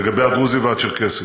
לגבי הדרוזים והצ'רקסים.